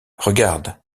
regarde